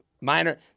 Minor